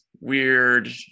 weird